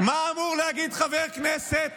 מה אמור להגיד חבר כנסת